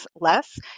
less